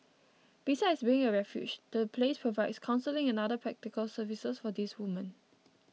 besides being a refuge the place provides counselling and other practical services for these women